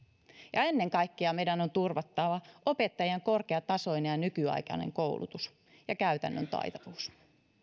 ennen kaikkea meidän on turvattava opettajien korkeatasoinen ja nykyaikainen koulutus ja käytännön taitavuus